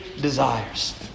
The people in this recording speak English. desires